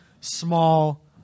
small